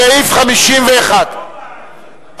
סעיף 51,